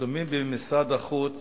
העיצומים במשרד החוץ